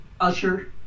usher